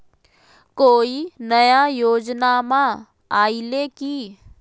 कोइ नया योजनामा आइले की?